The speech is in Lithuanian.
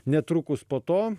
netrukus po to